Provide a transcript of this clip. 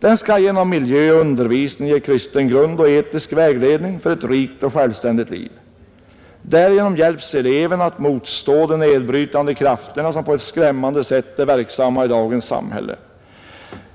Den skall genom miljö och undervisning ge kristen grund och etisk vägledning för ett rikt och självständigt liv. Därigenom hjälps eleverna att motstå de nedbrytande krafter som på ett skrämmande sätt är verksamma i dagens samhälle.